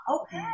Okay